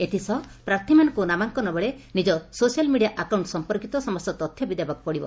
ଏଥିସହ ପ୍ରାର୍ଥୀମାନଙ୍କୁ ନାମାଙ୍କନ ବେଳେ ନିଜ ସୋସାଲ୍ ମିଡ଼ିଆ ଆକାଉଣ୍ ସଂପର୍କିତ ସମସ୍ତ ତଥ୍ୟ ବି ଦେବାକୁ ହେବ